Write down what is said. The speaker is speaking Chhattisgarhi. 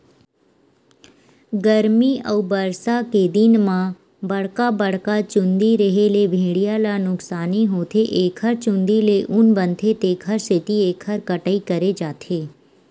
गरमी अउ बरसा के दिन म बड़का बड़का चूंदी रेहे ले भेड़िया ल नुकसानी होथे एखर चूंदी ले ऊन बनथे तेखर सेती एखर कटई करे जाथे